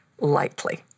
lightly